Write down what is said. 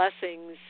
blessings